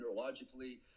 neurologically